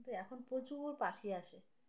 এখন প্রচুর পাখি আসে